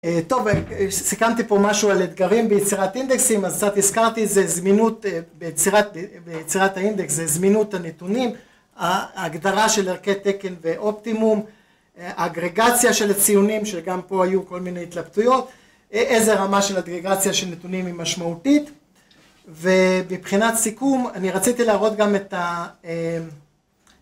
טוב, סיכמתי פה משהו על אתגרים ביצירת אינדקסים, אז קצת הזכרתי, זה זמינות, ביצירת האינדקס, זה זמינות הנתונים, ההגדרה של ערכי תקן ואופטימום, אגרגציה של הציונים, שגם פה היו כל מיני התלבטויות, איזה רמה של אגרגציה של נתונים היא משמעותית, ובבחינת סיכום, אני רציתי להראות גם את ה...